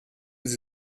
sie